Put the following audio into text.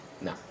No